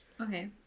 Okay